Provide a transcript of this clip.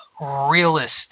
realist